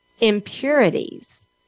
impurities